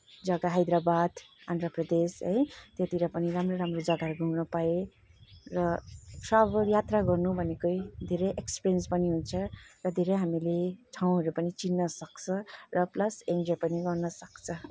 जग्गा हैदराबाद आन्ध्र प्रदेश है त्यतातिर पनि राम्रो राम्रो जग्गाहरू घुम्न पाएँ र ट्राभल यात्रा गर्नु भनेकै धेरै एक्सपिरियन्स पनि हुन्छ र धेरै हामीले ठाउँहरू पनि चिन्नसक्छ र प्लस इन्जोय पनि गर्नसक्छ